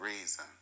reason